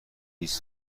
است